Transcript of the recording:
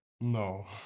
No